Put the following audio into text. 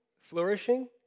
flourishing